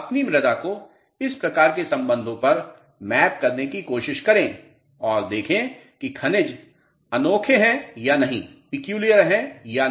अपनी मृदा को इस प्रकार के संबंधों पर मैप करने की कोशिश करें और देखें कि खनिज अनोखें हैं या नहीं